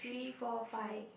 three four five